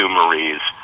maries